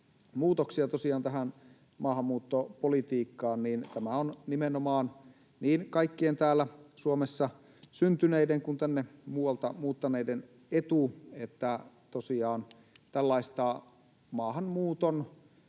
suuntaan asioita vieviä muutoksia, niin tämä on nimenomaan niin kaikkien täällä Suomessa syntyneiden kuin tänne muualta muuttaneiden etu, että tosiaan tällaista maahanmuuton